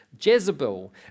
jezebel